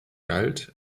galt